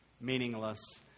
meaningless